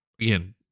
again